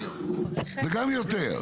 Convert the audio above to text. וגם יותר.